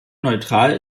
neutral